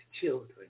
children